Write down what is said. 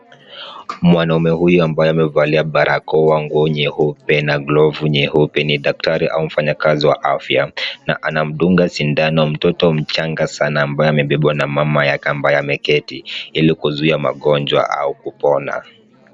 Mwanaume huyu ambaye amevalia barakoa, nguo nyeupe na glavu nyeupe ni daktari au mfanyakazi wa afya, na anamdunga sindano mtoto mchanga sana ambaye amebebwa na mama yake ambaye ameketi, ili kuzuia magonjwa au kupona.